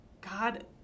God